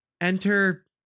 Enter